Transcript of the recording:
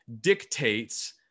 dictates